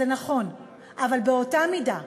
זה נכון, אבל באותה מידה,